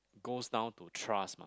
goes down to trust mah